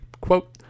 quote